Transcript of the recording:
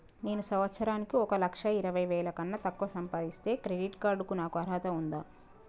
నేను సంవత్సరానికి ఒక లక్ష ఇరవై వేల కన్నా తక్కువ సంపాదిస్తే క్రెడిట్ కార్డ్ కు నాకు అర్హత ఉందా?